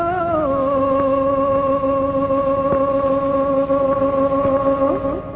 oh